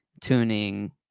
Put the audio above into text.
tuning